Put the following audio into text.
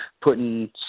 putting